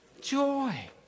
Joy